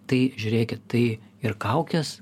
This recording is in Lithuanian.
tai žiūrėkit tai ir kaukės